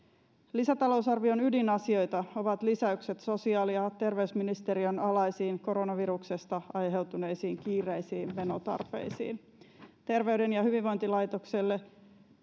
lisätalousarvion ydinasioita ovat lisäykset sosiaali ja terveysministeriön alaisiin koronaviruksesta aiheutuneisiin kiireellisiin menotarpeisiin terveyden ja hyvinvoinnin laitokselle